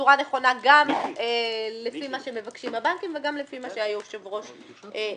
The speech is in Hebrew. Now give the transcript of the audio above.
בצורה נכונה גם לפי מה שמבקשים הבנקים וגם לפי מה שהיושב ראש הנחה.